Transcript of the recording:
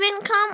income